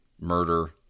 murder